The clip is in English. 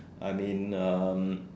I mean um